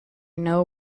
know